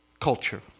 culture